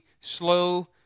slow